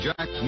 Jack